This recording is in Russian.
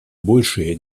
большие